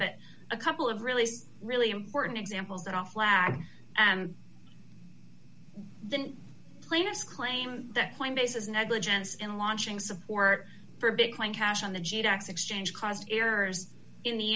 but a couple of really really important examples that off lag the plaintiff's claim that point bases negligence in launching support for big cash on the g eight x exchange caused errors in the